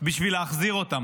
כדי להחזיר אותם.